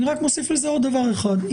אני רק מוסיף לזה עוד דבר אחד.